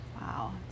Wow